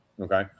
Okay